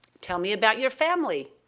tell me about your family.